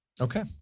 Okay